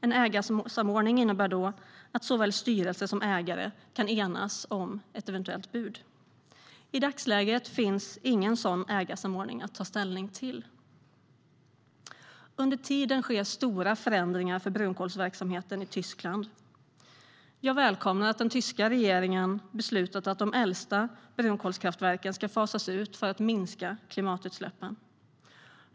En ägarsamordning innebär att såväl styrelse som ägare kan enas om ett eventuellt bud. I dagsläget finns det ingen sådan ägarsamordning att ta ställning till. Under tiden sker stora förändringar i brunkolsverksamheten i Tyskland. Jag välkomnar att den tyska regeringen beslutat att de äldsta brunkolskraftverken ska fasas ut för att minska klimatutsläppen.